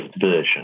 version